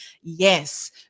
Yes